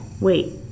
Wait